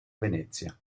venezia